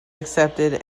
accepted